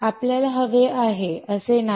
हे आपल्याला हवे आहे असे नाही